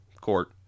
court